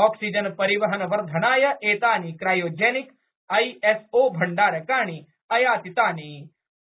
आक्सीजनपरिवहनवर्धनाय एतानि क्रायोजेनिक आईएसओभण्डारकाणि आयातितानि